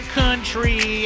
country